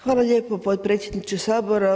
Hvala lijepo potpredsjedniče Sabora.